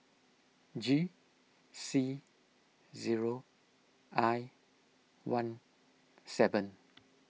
G C zero I one seven